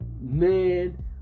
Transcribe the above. man